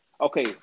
Okay